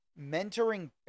mentoring